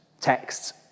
texts